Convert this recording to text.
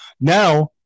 now